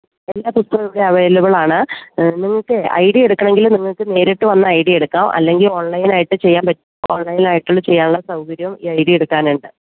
എല്ലാ പുസ്തകവും ഇവിടെ അവൈലബിളാണ് നിങ്ങൾക്ക് ഐ ഡി എടുക്കണമെങ്കിൽ നിങ്ങൾക്ക് നേരിട്ട് വന്ന് ഐ ഡി എടുക്കാം അല്ലെങ്കിൽ ഓൺലൈനായിട്ട് ചെയ്യാൻ ഓൺലൈനായിട്ട് ചെയ്യാൻ ഉള്ള സൗകര്യവും ഈ ഐ ഡി എടുക്കാനുണ്ട്